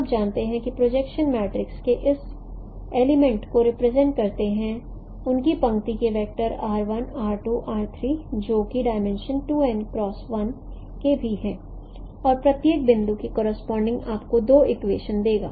आप जानते हैं कि प्रोजेक्शन मैट्रिक्स के इस एलिमेंट को रिप्रेजेंट करते हैं उनकी पंक्ति के वैक्टर r 1 r 2 r 3 जो कि डाईमेंशन के भी हैं और प्रत्येक बिंदु के करोसपोंडिंग आपको दो इक्वेशन देगा